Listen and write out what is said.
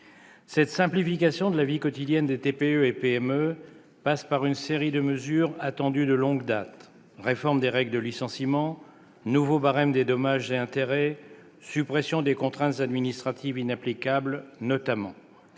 Cette simplification de la vie quotidienne des TPE et PME passe par une série de mesures attendues de longue date : réforme des règles de licenciement, nouveau barème des dommages et intérêts et suppression des contraintes administratives inapplicables, notamment.